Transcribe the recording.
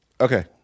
Okay